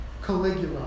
Caligula